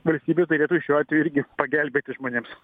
valstybė turėtų šiuo atveju irgi pagelbėti žmonėms